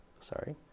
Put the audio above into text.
Sorry